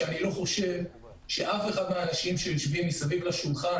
שאני לא חושב שאף אחד מהאנשים שיושבים סביב השולחן,